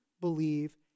believe